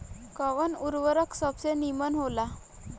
कवन उर्वरक सबसे नीमन होला?